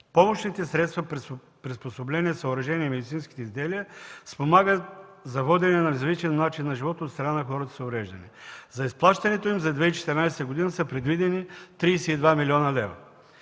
Помощните средства, приспособления, съоръжения и медицинските изделия спомагат за водене на различен начин на живот от страна на хората с увреждания. За изплащането им за 2014 г. са предвидени 32 млн. лв.